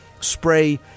spray